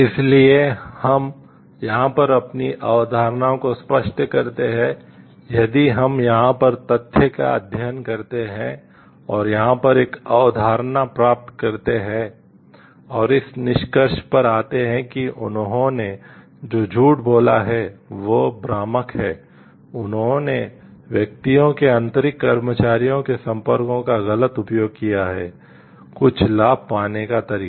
इसलिए हम यहाँ पर अपनी अवधारणाओं को स्पष्ट करते हैं यदि हम यहाँ पर तथ्य का अध्ययन करते हैं और यहाँ पर एक अवधारणा प्राप्त करते हैं और इस निष्कर्ष पर आते हैं कि उन्होंने जो झूठ बोला है वे भ्रामक हैं उन्होंने व्यक्तियों के आंतरिक कर्मचारियों के संपर्कों का गलत उपयोग किया है कुछ लाभ पाने का तरीका